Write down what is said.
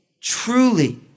truly